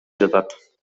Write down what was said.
жатат